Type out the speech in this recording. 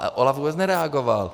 A OLAF vůbec nereagoval.